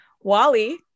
Wally